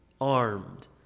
armed